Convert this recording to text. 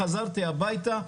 חזרתי הביתה.